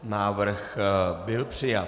Návrh byl přijat.